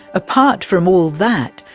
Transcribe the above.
apart from all that,